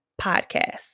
podcast